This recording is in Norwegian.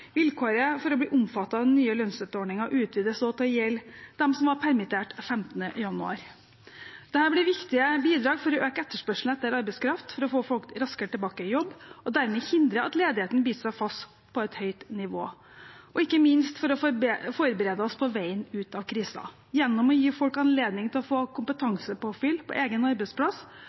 Vilkåret for å bli omfattet av den nye lønnsstøtteordningen utvides også til å gjelde dem som var permittert 15. januar. Dette blir viktige bidrag for å øke etterspørselen etter arbeidskraft, for å få folk raskere tilbake i jobb og dermed hindre at ledigheten biter seg fast på et høyt nivå, og ikke minst for å forberede oss på veien ut av krisen gjennom å gi folk anledning til å få kompetansepåfyll på egen arbeidsplass